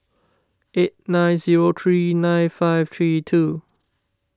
eight nine zero three nine five three two